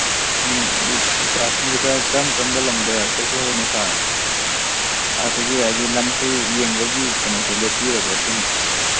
ꯁꯨꯝ ꯑꯗꯨ ꯏꯁꯀꯥꯔꯁꯟꯁꯤ ꯀꯔꯥꯏ ꯀꯔꯝ ꯀꯔꯝꯕ ꯂꯝꯗ ꯆꯠꯁꯦ ꯍꯥꯏꯅꯣ ꯁꯥꯔ ꯁꯥꯔ ꯈꯣꯏꯒꯤ ꯍꯥꯏꯗꯤ ꯂꯝꯁꯤ ꯌꯦꯡꯕꯒꯤ ꯀꯩꯅꯣꯁꯤ ꯂꯦꯞꯄꯤꯔꯕ꯭ꯔꯥ ꯁꯤꯅꯤ